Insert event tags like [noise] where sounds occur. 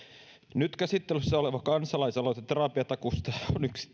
nyt käsittelyssä oleva kansalaisaloite terapiatakuusta on yksi [unintelligible]